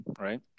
right